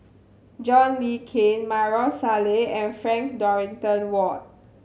John Le Cain Maarof Salleh and Frank Dorrington Ward